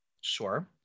Sure